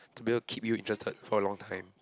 to be able to keep you interested for a long time